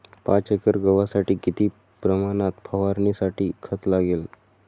पाच एकर गव्हासाठी किती प्रमाणात फवारणीसाठी खत लागेल?